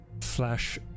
flash